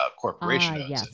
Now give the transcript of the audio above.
corporation